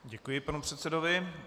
Děkuji panu předsedovi.